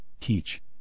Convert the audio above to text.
teach